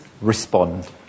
respond